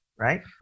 Right